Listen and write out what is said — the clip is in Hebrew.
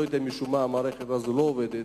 אני לא יודע, משום מה המערכת הזאת לא עובדת.